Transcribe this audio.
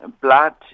blood